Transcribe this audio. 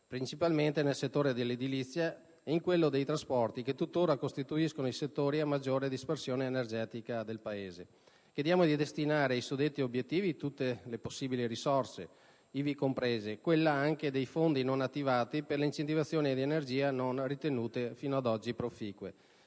principalmente nel settore dell'edilizia ed in quello dei trasporti che tuttora costituiscono i settori a maggiore dispersione energetica del Paese; a destinare ai suddetti obiettivi tutte le possibili risorse, ivi comprese quelle dei fondi non attivati per l'incentivazione di energie non ritenute proficue;